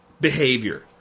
behavior